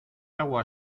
agua